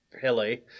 Hilly